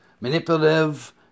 manipulative